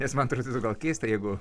nes man tarsi gal keista jeigu